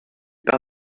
par